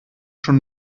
schon